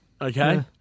Okay